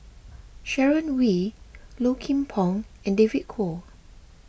Sharon Wee Low Kim Pong and David Kwo